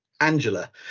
Angela